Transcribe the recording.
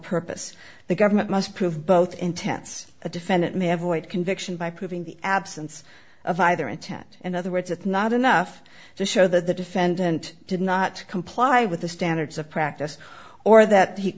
purpose the government must prove both intents the defendant may have void conviction by proving the absence of either intent in other words it's not enough to show that the defendant did not comply with the standards of practice or that he